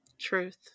Truth